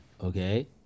okay